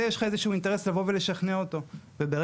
כבר לא ייווצר מצב בו גוף חוץ-בנקאי מנסה להגיע למערכות האלה ולא מצליח,